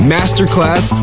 Masterclass